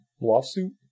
Lawsuit